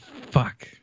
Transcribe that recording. Fuck